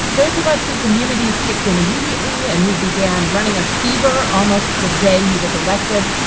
those of us whose immunities kicked in immediately and who began running a fever almost the day he was elected,